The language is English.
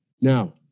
Now